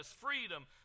freedom